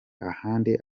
ahandi